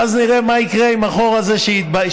ואז נראה מה יקרה עם החור הזה שייווצר.